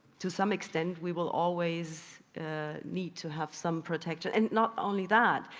to some extent we will always need to have some protection and not only that,